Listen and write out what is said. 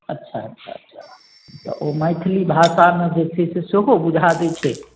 अच्छा अच्छा अच्छा तऽ ओ मैथिली भाषामे जे छै से सेहो बुझा दै छै